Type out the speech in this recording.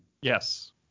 Yes